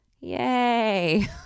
Yay